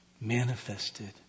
manifested